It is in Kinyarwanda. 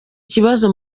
kibazo